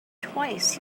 twice